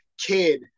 kid